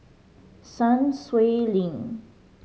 Sun Xueling